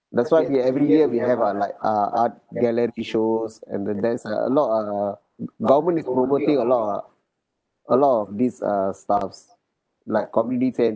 that's why we every year we have uh like uh art gallery shows and the dance uh a lot uh government is promoting a lot a a lot of these uh stuffs like community